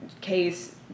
case